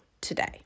today